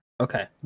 Okay